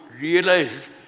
realize